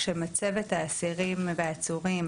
כשמצבת האסירים והעצורים,